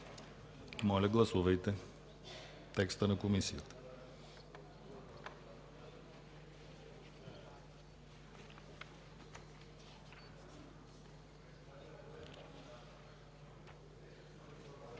Моля, гласувайте текста на Комисията